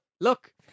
Look